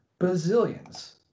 Bazillions